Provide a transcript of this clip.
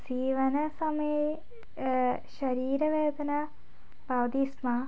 सीवनसमये शरीरवेदना भवति स्म